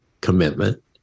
commitment